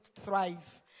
Thrive